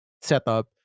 setup